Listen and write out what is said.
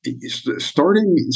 starting